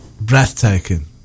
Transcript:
breathtaking